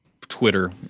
Twitter